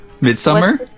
Midsummer